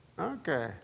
Okay